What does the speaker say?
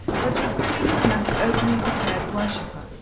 was with queenie's most openly declared worshipper,